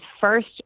first